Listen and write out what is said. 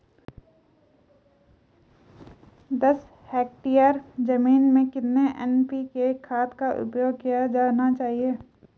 दस हेक्टेयर जमीन में कितनी एन.पी.के खाद का उपयोग किया जाना चाहिए?